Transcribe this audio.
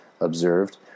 observed